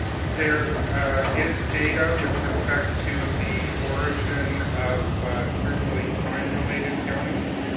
there is data with respect to the origin of certainly crime related guns.